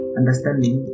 understanding